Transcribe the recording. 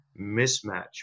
mismatch